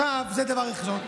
זה דבר ראשון.